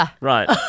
Right